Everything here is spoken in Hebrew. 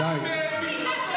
מי שנים ראש